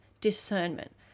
discernment